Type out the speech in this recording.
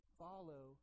follow